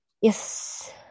yes